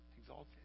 exalted